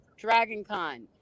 DragonCon